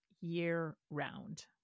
year-round